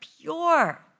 pure